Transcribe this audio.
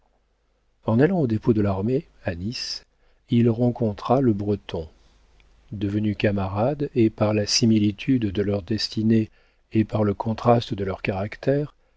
en allant au dépôt de l'armée à nice il rencontra le breton devenus camarades et par la similitude de leurs destinées et par le contraste de leurs caractères